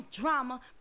Drama